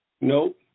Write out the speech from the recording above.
Nope